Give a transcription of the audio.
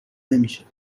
نمیشه